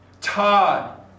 Todd